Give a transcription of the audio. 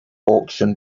auction